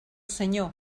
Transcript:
senyor